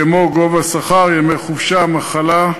כמו גובה השכר ומספר ימי החופשה והמחלה,